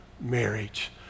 marriage